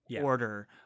order